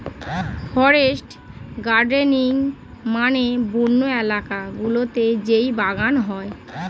forest gardening মানে বন্য এলাকা গুলোতে যেই বাগান হয়